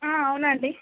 అవునండి